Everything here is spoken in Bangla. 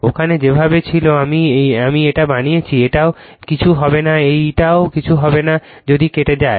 ওখানে যেভাবে ছিল আমি এটা বানিয়েছি এটাও কিছু হবে না এইটাও কিছু হবে না যদি কেটে যায়